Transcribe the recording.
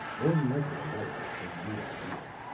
more than likely alight with some new idea,